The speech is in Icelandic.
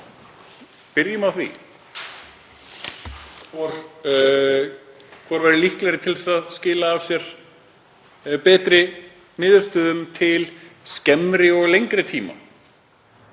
Byrjum á því hvor væri líklegri til að skila af sér betri niðurstöðu til skemmri og lengri tíma.